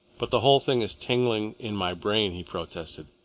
but the whole thing is tingling in my brain, he protested.